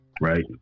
right